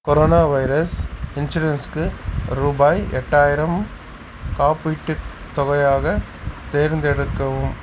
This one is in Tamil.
கொரோனா வைரஸ் இன்சூரன்ஸுக்கு ரூபாய் எட்டாயிரம் காப்பீட்டுத் தொகையாக தேர்ந்தெடுக்கவும்